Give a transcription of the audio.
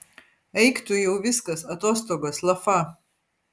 eik tu jau viskas atostogos lafa